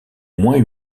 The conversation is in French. moins